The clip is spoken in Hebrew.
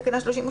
בתקנה 37,